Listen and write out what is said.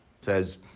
Says